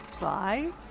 Bye